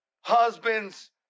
husbands